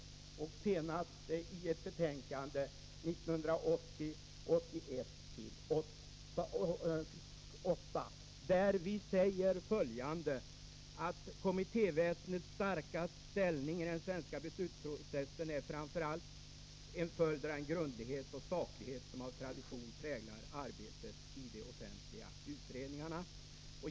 Senast skedde detta i utskottets betänkande 1980/81:8, där vi säger följande: ”Kommittéväsendets starka ställning i den svenska politiska beslutsprocessen är framför allt en följd av den grundlighet och saklighet som av tradition präglar arbetet i de offentliga utredningarna.